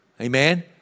Amen